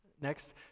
Next